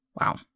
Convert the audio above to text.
Wow